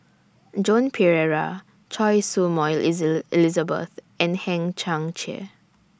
Joan Pereira Choy Su Moi Elizabeth and Hang Chang Chieh